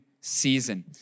season